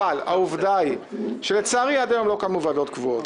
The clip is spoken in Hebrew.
אבל העובדה היא שלצערי עד היום לא קמו ועדות קבועות.